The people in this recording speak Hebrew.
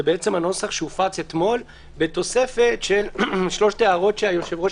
הוא נוסח שהופץ אתמול בתוספת של שלוש ההערות שהיושב-ראש